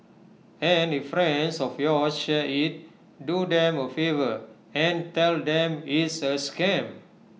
and if friends of yours share IT do them A favour and tell them it's A scam